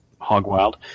hog-wild